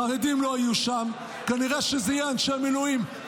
חרדים לא יהיו שם, כנראה שאלה יהיו אנשי מילואים.